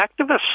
activists